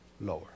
lower